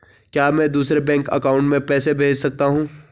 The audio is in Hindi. क्या मैं दूसरे बैंक अकाउंट में पैसे भेज सकता हूँ?